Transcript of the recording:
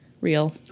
real